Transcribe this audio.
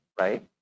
right